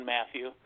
Matthew